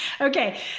Okay